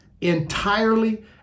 entirely